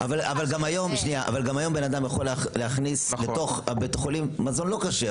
אבל גם היום בן אדם יכול להכניס לתוך בית החולים מזון לא כשר.